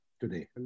today